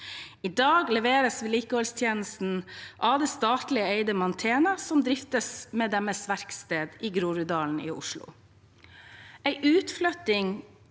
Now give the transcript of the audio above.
I dag leveres vedlikeholdstjenestene av det statlig eide Mantena, som driftes med deres verksted i Groruddalen i Oslo.